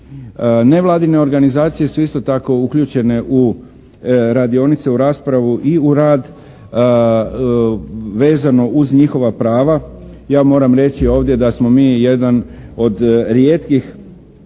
Nevladine organizacije su isto tako uključene u radionice u raspravu i u rad vezano uz njihova prava. Ja moram reći ovdje da smo mi jedan od rijetkih